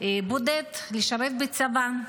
בודד לשרת בצבא.